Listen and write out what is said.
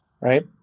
right